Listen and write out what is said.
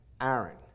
Aaron